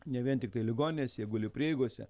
ne vien tiktai ligoninėse jie guli prieigose